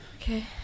Okay